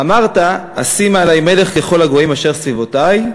ואמרת אשימה עלי מלך ככל הגוים אשר סביבתי.